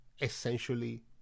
essentially